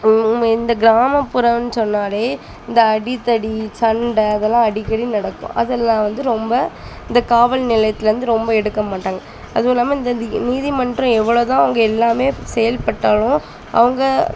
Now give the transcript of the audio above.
இந்த கிராமப்புறம்னு சொன்னாலே இந்த அடிதடி சண்டை அதெல்லாம் அடிக்கடி நடக்கும் அதெல்லாம் வந்து ரொம்ப இந்த காவல் நிலையத்தில் வந்து ரொம்ப எடுக்க மாட்டாங்கள் அதுவும் இல்லாமல் இந்த இந்த நீதிமன்றம் எவ்வளோ தான் அவங்க எல்லாமே செயல்பட்டாலும் அவங்க